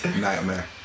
Nightmare